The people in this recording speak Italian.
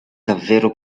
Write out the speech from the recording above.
davvero